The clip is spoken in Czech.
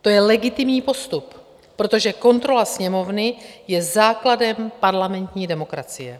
To je legitimní postup, protože kontrola Sněmovny je základem parlamentní demokracie.